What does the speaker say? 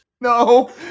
No